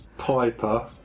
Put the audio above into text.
Piper